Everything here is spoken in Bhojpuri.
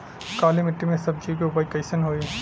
काली मिट्टी में सब्जी के उपज कइसन होई?